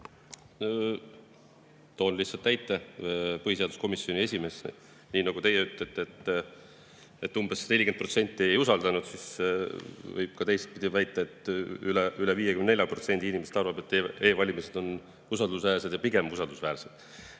Toon lihtsalt näite põhiseaduskomisjoni esimehe [sõnade põhjal], et kui teie ütlete, et umbes 40% ei usaldanud, siis võib ka teistpidi väita, et üle 54% inimestest arvab, et e‑valimised on usaldusväärsed või pigem usaldusväärsed.